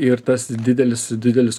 ir tas didelis didelis